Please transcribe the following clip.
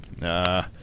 Nah